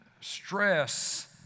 stress